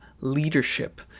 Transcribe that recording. leadership